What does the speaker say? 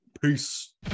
Peace